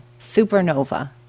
supernova